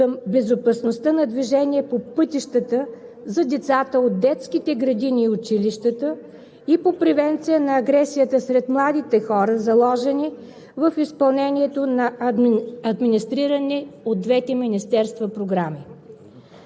безопасността на движение по пътищата за децата от детските градини и училищата и по превенция на агресията сред младите хора, заложени в изпълнението на администрирани от двете министерства програми.